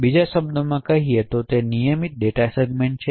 બીજા શબ્દોમાં કહીએ તો તે નિયમિત ડેટા સેગમેન્ટ છે